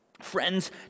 Friends